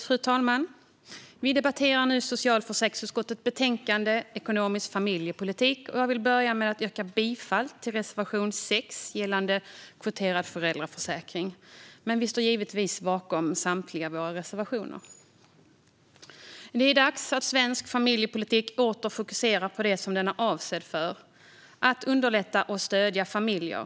Fru talman! Vi debatterar nu socialförsäkringsutskottets betänkande Ekonomisk familjepolitik . Jag vill börja med att yrka bifall till reservation 6 gällande kvoterad föräldraförsäkring, men vi står givetvis bakom samtliga våra reservationer. Det är dags att svensk familjepolitik åter fokuserar på det som den är avsedd för: att underlätta och stödja familjer.